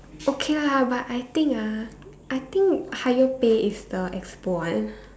okay ah but I think pah[ I think higher pay is the expo one